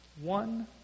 one